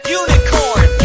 unicorn